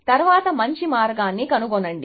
తరువాత మంచి మార్గాన్ని కనుగొనండి